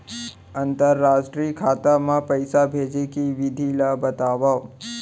अंतरराष्ट्रीय खाता मा पइसा भेजे के विधि ला बतावव?